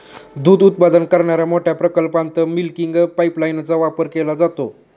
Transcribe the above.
दूध उत्पादन करणाऱ्या मोठ्या प्रकल्पात मिल्किंग पाइपलाइनचा वापर केला जातो